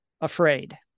afraid